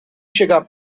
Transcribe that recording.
chegar